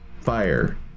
fire